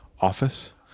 office